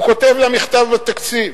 הוא כותב לה מכתב לתקציב,